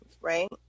right